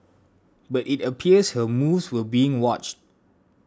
but it appears her moves were being watched